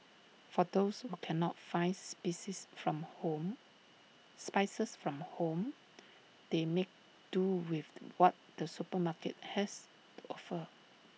for those who cannot finds spices from home spices from home they make do with the what the supermarket has to offer